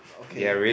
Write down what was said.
okay